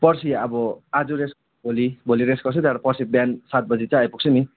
पर्सि अब आज रेस्ट भोलि भोलि रेस्ट गर्छु त्यहाँबाट पर्सि बिहान सात बजी चाहिँ आइपुग्छु नि